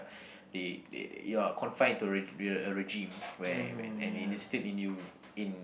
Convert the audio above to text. they they you are confined to a re~ a regime where where and they instilled in you in